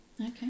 Okay